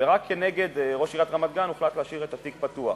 ורק כנגד ראש עיריית רמת-גן הוחלט להשאיר את התיק פתוח.